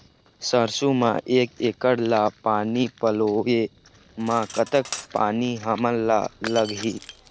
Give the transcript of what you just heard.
सरसों म एक एकड़ ला पानी पलोए म कतक पानी हमन ला लगही?